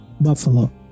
Buffalo